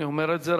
אני אומר את זה,